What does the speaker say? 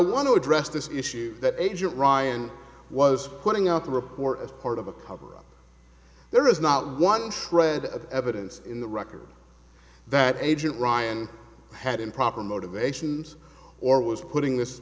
want to address this issue that agent ryan was putting out the report as part of a cover up there is not one shred of evidence in the record that agent ryan had improper motivations or was putting this